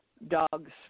Dogs